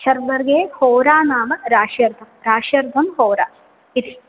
शर्वर्ये होरा नाम राश्यर्ध राश्यर्धम् होरा इति